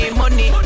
money